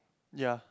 ya